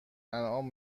انعام